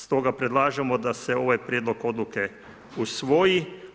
Stoga predlažemo da se ovaj prijedlog odluke usvoji.